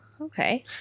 okay